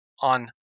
on